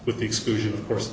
with the exclusion of course